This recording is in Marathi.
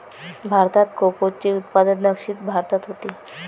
भारतात कोकोचे उत्पादन दक्षिण भारतात होते